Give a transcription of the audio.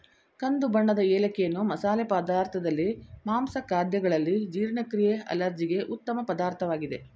ಕಂದು ಬಣ್ಣದ ಏಲಕ್ಕಿಯನ್ನು ಮಸಾಲೆ ಪದಾರ್ಥದಲ್ಲಿ, ಮಾಂಸ ಖಾದ್ಯಗಳಲ್ಲಿ, ಜೀರ್ಣಕ್ರಿಯೆ ಅಲರ್ಜಿಗೆ ಉತ್ತಮ ಪದಾರ್ಥವಾಗಿದೆ